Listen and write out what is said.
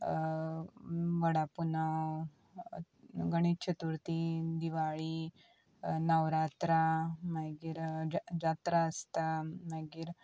वडा पुनव गणेश चतुर्थी दिवाळी नवरात्रा मागीर जात्रा आसता मागीर